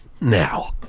now